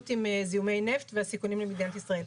עם זיהומי נפט והסיכונים למדינת ישראל.